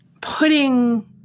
putting